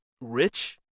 rich